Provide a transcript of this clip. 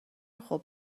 خوب